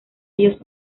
ellos